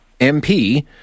MP